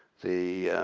the